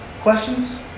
Questions